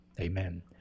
Amen